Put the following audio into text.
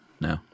No